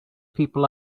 people